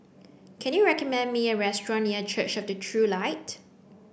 can you recommend me a restaurant near Church of the True Light